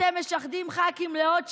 אתם משחדים ח"כים לעוד שבוע,